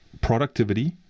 productivity